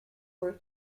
were